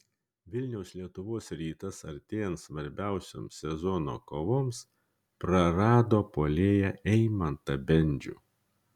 vilniaus lietuvos rytas artėjant svarbiausioms sezono kovoms prarado puolėją eimantą bendžių